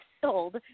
sold